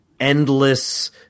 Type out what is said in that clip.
endless